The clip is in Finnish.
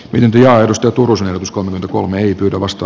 lempiajatusta turusen uskonut kolme eri työtä vasta